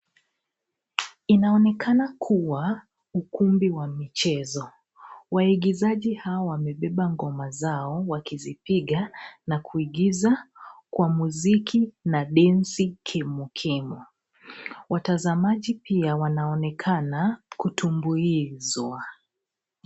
Inaonekana kuwa ukumbi wa michezo. Waigizaji hao wamebeba ngoma zao wakizipiga na kuigiza kwa mziki na densi kemukemu. Watazamaji pia wanaonekana pia kutumbuizwa.